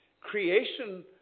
Creation